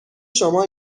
شما